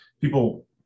people